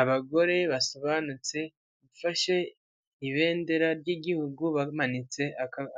Abagore basobanutse mfashe ibendera ry'igihugu bamanitse